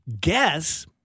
guess